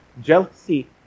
jealousy